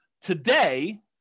Today